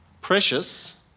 Precious